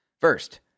First